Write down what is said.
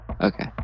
Okay